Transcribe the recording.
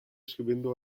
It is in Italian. scrivendo